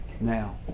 Now